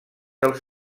als